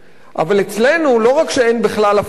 לא רק שאין בכלל הפרדה בין שני הרגולטורים,